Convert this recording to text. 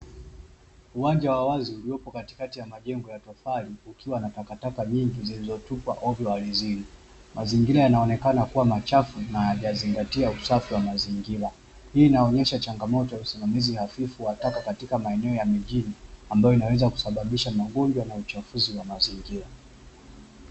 Uwanja wa wazi uliopo katikati ya majengo ya tofali kukiwa na takataka nyingi zilizotupwa hovyo ardhini. Mazingira yanaonekana kuwa machafu na hayajazingatia usafi wa mazingira. Hii inaonyesha changamoto ya usimamizi hafifu wa taka katika maeneo ya mijini ambayo inaweza kusababisha magonjwa na uchafuzi wa mazingira.